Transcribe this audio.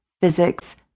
physics